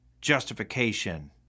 justification